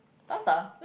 pasta